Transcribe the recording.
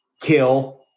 kill